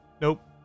Nope